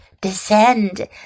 Descend